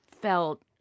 felt